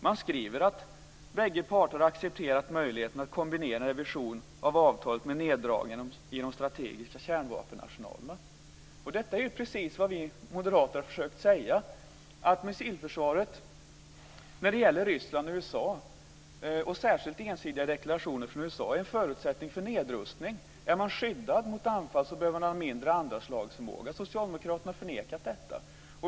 Man skriver att bägge parter har accepterat möjligheten att kombinera en revision av avtalet med neddragningar i de strategiska kärnvapenarsenalerna. Detta är precis vad vi moderater har försökt säga, att missilförsvaret när det gäller Ryssland och USA och särskilt ensidiga deklarationer för USA är förutsättning för nedrustning. Är man skyddad mot anfall behöver man ha mindre av andra slags förmåga. Socialdemokraterna har förnekat detta.